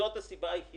שאל אותי היושב-ראש,